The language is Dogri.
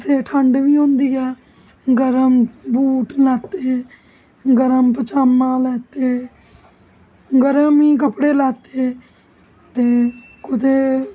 उत्थै ठंड बी होंदी ऐ गर्म बूट लैते हे गर्म पचामा लेते गर्म ही कपडे़ लेते ते कुते